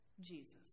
Jesus